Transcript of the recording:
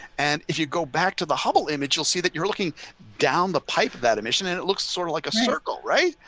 and if you go back to the hubble image, you'll see that you're looking down the pipe, that emission. and it looks sort of like a circle. right?